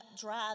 drive